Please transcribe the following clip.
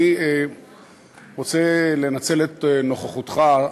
אני רוצה לנצל את נוכחותך,